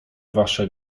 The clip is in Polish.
wasze